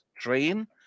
train